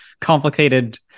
complicated